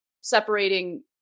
separating